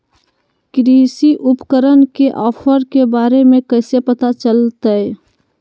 कृषि उपकरण के ऑफर के बारे में कैसे पता चलतय?